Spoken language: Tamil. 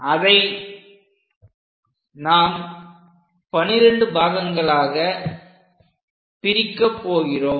அதை நாம் 12 சம பாகங்களாக பிரிக்க போகிறோம்